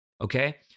okay